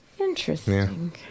Interesting